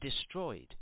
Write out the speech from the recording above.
destroyed